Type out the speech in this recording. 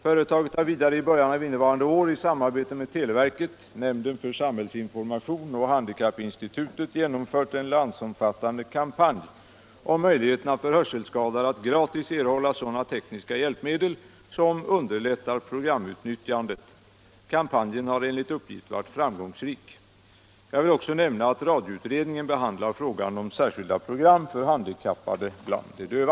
Företaget har vidare i början av innevarande år i samarbete med televerket, nämnden för samhällsinformation och handikappinstitutet genomfört en landsomfattande kampanj om möjligheterna för hörselskadade att gratis erhålla sådana tekniska hjälpmedel som underlättar programutnyttjandet. Kampanjen har enligt uppgift varit framgångsrik. Jag vill också nämna att radioutredningen behandlar frågan om särskilda program för handikappade, bland dem de döva.